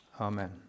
Amen